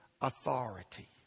authority